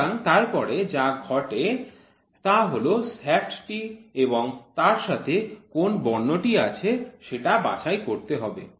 সুতরাং তারপরে যা ঘটে তা হল শ্যাফ্টটি এবং তার সাথে কোন বর্ণটি আছে সেটা বাছাই করতে হবে